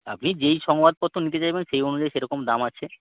আপনি যেই সংবাদপত্র নিতে চাইবেন সেই অনুযায়ী সেরকম দাম আছে